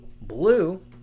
blue